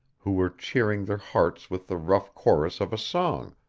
who were cheering their hearts with the rough chorus of a song,